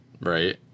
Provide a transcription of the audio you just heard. Right